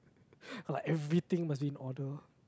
like everything must be in order